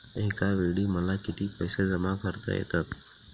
एकावेळी मला किती पैसे जमा करता येतात?